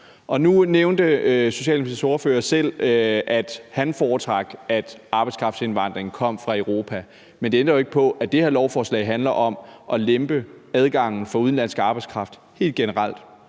Socialdemokratiets ordfører selv, at han foretrak, at arbejdskraftindvandring kom fra Europa, men det ændrer jo ikke på, at det her lovforslag handler om at lempe på adgangen for udenlandsk arbejdskraft helt generelt,